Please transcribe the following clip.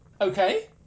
Okay